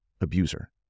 abuser